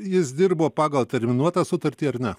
jis dirbo pagal terminuotą sutartį ar ne